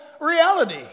reality